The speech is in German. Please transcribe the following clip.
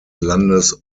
landes